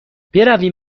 برویم